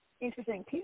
Interesting